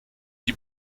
die